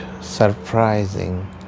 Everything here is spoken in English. surprising